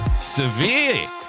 Severe